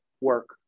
work